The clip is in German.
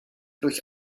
durch